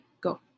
go